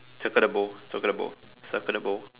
circle the bowl circle the bowl circle the bowl